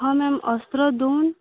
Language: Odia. ହଁ ମ୍ୟାମ୍ ଅସ୍ତ୍ର ଦଉନ୍